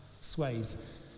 sways